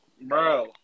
Bro